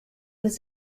was